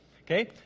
okay